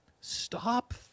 Stop